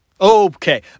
Okay